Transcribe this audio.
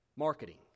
marketing